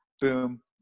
boom